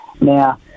Now